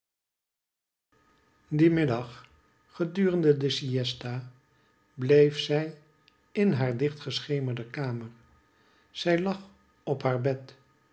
dien middag gedurende de siesta bleef zij in haar dichtgeschemerde kamer zij lag op haar bed